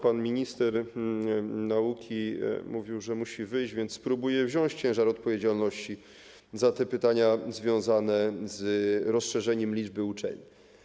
Pan minister nauki mówił, że musi wyjść, więc spróbuję wziąć ciężar odpowiedzialności za te pytania związane z rozszerzeniem liczby uczelni.